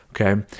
Okay